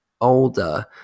older